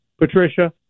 Patricia